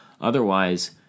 Otherwise